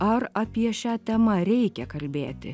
ar apie šią temą reikia kalbėti